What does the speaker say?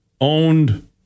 owned